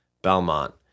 Belmont